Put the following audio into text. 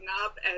up